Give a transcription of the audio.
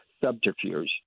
subterfuge